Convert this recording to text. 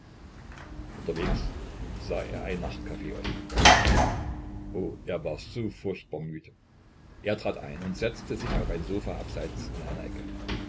unterwegs sah er ein nacht caf offen oh er war so furchtbar müde er trat ein und setzte sich auf ein sofa abseits in eine ecke